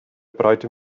breite